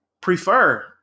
prefer